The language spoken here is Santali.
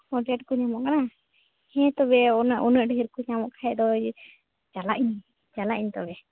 ᱠᱚ ᱧᱟᱢᱚᱜ ᱠᱟᱱᱟ ᱦᱮᱸ ᱛᱚᱵᱮ ᱩᱱᱟᱹᱜ ᱰᱷᱮᱨ ᱠᱚ ᱧᱟᱢᱚᱜ ᱠᱷᱟᱱ ᱫᱚ ᱪᱟᱞᱟᱜ ᱟᱹᱧ ᱪᱟᱞᱟᱜ ᱟᱹᱧ ᱛᱚᱵᱮ